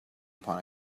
upon